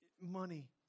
money